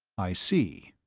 i see,